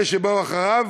ואלה שבאו אחריו,